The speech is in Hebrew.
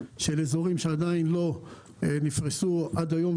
באזורים שעד היום לא נפרסו בהם עד היום,